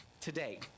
today